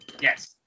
Yes